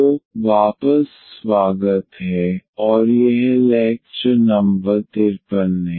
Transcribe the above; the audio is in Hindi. तो वापस स्वागत है और यह लैक्चर नंबर 53 है